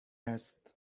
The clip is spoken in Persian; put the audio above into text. است